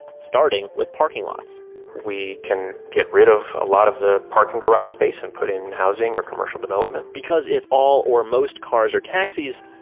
starting with parking lots we can get rid of a lot of the parking garage space and put in housing or commercial development because if all or most cars are taxis,